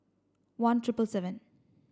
one triple seven